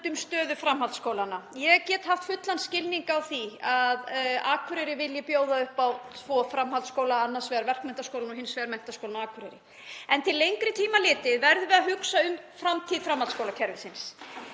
um stöðu framhaldsskólanna. Ég get haft fullan skilning á því að Akureyri vilji bjóða upp á tvo framhaldsskóla, annars vegar Verkmenntaskólann og hins vegar Menntaskólinn á Akureyri. En til lengri tíma litið verðum við að hugsa um framtíð framhaldsskólakerfisins.